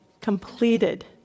completed